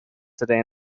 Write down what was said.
today